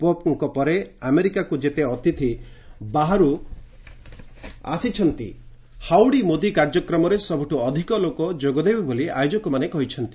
ପୋପ୍ଙ୍କ ପରେ ଆମେରିକାକୁ ଯେତେ ଅତିଥି ବାହାରୁ ଆସିଛନ୍ତି ହାଉଡ଼ି ମୋଦି କାର୍ଯ୍ୟକ୍ରମରେ ସବୁଠୁ ଅଧିକ ଲୋକ ଯୋଗ ଦେବେ ବୋଲି ଆୟୋଜକମାନେ କହିଛନ୍ତି